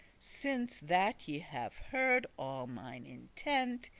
since that ye have heard all mine intent,